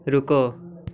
ਰੁਕੋ